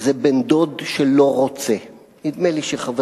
זה בן-דוד של "לא רוצה"; נדמה לי שחבר